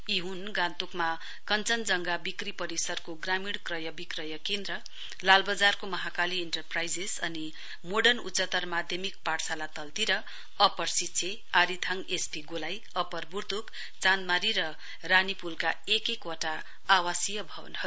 यी हुन गान्तोकमा कञ्चनजंघा विक्री परिसरको ग्रामीण क्रयविक्रय केन्द्र लालवजारको महाकाली इन्टरप्राइजेस अनि मोर्डन उच्चतर माध्यमिक पाठशाला तल्तिर upper Sichey Arithang S P गोलाई अप्पर बुर्तक चाँदमारी र रानीपूलका एक एक वटा आवासीय भवनहरु